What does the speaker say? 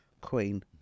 queen